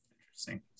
Interesting